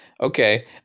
Okay